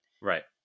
Right